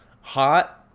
hot